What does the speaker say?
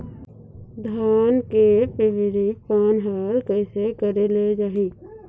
धान के पिवरी पान हर कइसे करेले जाही?